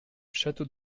château